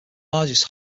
largest